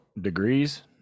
degrees